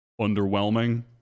underwhelming